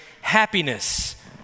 happiness